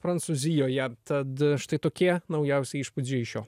prancūzijoje tad štai tokie naujausi įšpūdžiai iš jo